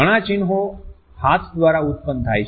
ઘણા ચિન્હો હાથ દ્વારા ઉત્પન્ન થાય છે